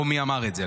או מי אמר את זה,